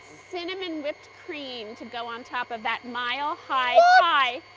cinnamon whipped cream to go on top of that mile high pie.